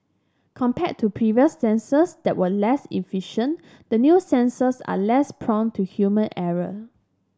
compared to previous sensors that were less efficient the new sensors are less prone to human error